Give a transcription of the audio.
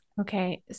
Okay